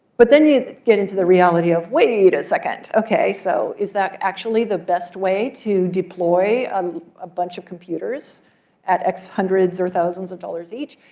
but then you get into the reality of wait a second, ok, so is that actually the best way to deploy um a bunch of computers at x hundreds or thousands of dollars each?